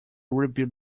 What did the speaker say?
rebuild